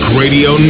radio